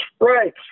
Right